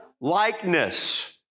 likeness